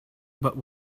but